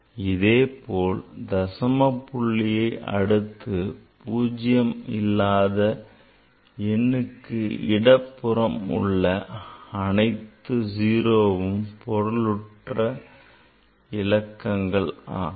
அதேபோல் தசம புள்ளியை அடுத்து பூஜ்யம் இல்லாத எண்ணுக்கு இடப்புறம் உள்ள அனைத்து 0வும் பொருளற்ற இலக்கங்கள் ஆகும்